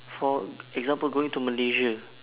for example going to malaysia